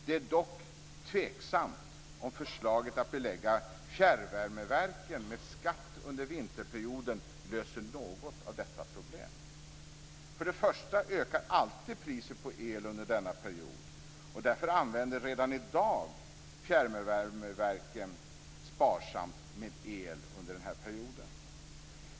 Det är dock tveksamt om förslaget att belägga fjärrvärmeverken med skatt under vinterperioden löser några av dessa problem. För det första ökar alltid priset på el under denna period, och därför använder redan i dag fjärrvärmeverken sparsamt med el under denna period.